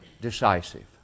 decisive